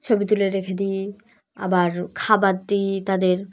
ছবি তুলে রেখে দিই আবার খাবার দিই তাদের